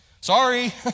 Sorry